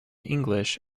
english